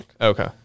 okay